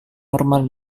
normal